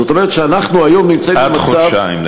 זאת אומרת שאנחנו היום נמצאים במצב, עד חודשיים.